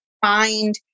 find